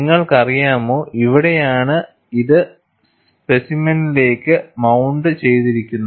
നിങ്ങൾക്കറിയാമോ ഇവിടെയാണ് ഇത് സ്പെസിമെനിലേക്ക് മൌണ്ട് ചെയ്തിരിക്കുന്നത്